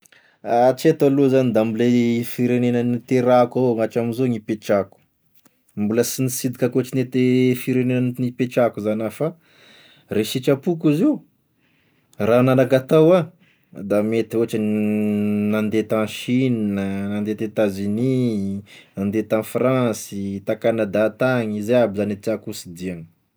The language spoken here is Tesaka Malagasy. Hatreto aloha da mbola i firegnena niterahako hatramzao gn'hipetrahako, mbola sy nisidika ankoatran'ny te firegnena nipetrahako zany aho, fa re ny sitrapoko izy io, raha nanan-katao ah da mety ohatra nande ta Chine, nande ta Etats-unis, nande ta Fransy, ta Kanada tagny, zay aby zany tiàko hosidihagna.